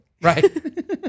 right